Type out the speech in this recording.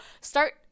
start